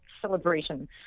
celebration